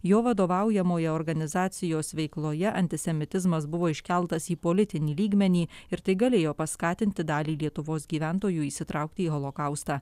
jo vadovaujamoje organizacijos veikloje antisemitizmas buvo iškeltas į politinį lygmenį ir tai galėjo paskatinti dalį lietuvos gyventojų įsitraukti į holokaustą